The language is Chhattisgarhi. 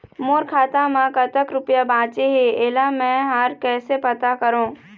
मोर खाता म कतक रुपया बांचे हे, इला मैं हर कैसे पता करों?